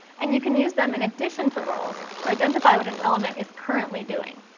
and you can use them in addition to roles to identify what an element is currently doing.